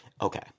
Okay